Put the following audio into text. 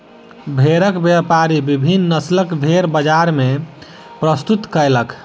भेड़क व्यापारी विभिन्न नस्लक भेड़ बजार मे प्रस्तुत कयलक